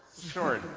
short,